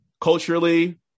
culturally